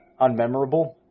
unmemorable